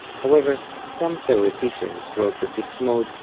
however, some theoreticians wrote that this mode,